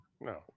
No